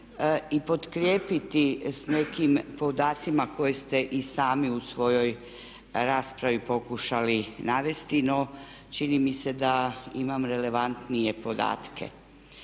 i potkrijepiti s nekim podacima koje ste i sami u svojoj raspravi pokušali navesti no čini mi se da imam relevantnije podatke.